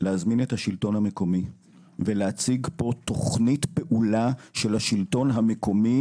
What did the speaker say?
להזמין את השלטון המקומי ולהציג פה תוכנית פעולה של השלטון המקומי: